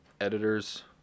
editors